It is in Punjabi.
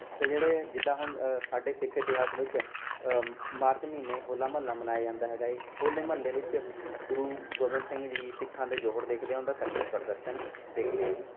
ਅਤੇ ਜਿਹੜੇ ਜਿੱਦਾਂ ਹੁਣ ਸਾਡੇ ਸਿੱਖ ਇਤਿਹਾਸ ਵਿੱਚ ਮਾਰਚ ਮਹੀਨੇ ਹੋਲਾ ਮਹੱਲਾ ਮਨਾਇਆ ਜਾਂਦਾ ਹੈਗਾ ਹੈ ਹੋਲੇ ਮਹੱਲੇ ਵਿੱਚ ਗੁਰੂ ਗੋਬਿੰਦ ਸਿੰਘ ਜੀ ਸਿੱਖਾਂ ਦੇ ਜੌਹਰ ਦੇਖਦੇ ਉਹਨਾਂ ਦਾ ਸ਼ਕਤੀ ਪ੍ਰਦਸ਼ਨ ਦੇਖਦੇ ਹੈ ਜੀ